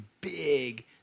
big